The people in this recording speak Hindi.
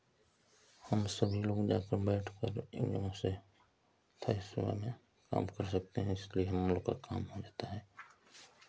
हम सभी लोग जाकर बैठकर इन लोगों से सही समय में काम कर सकते हैं इसलिए हम लोग का काम हो जाता है